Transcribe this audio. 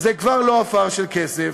זה כבר לא עפר של כסף.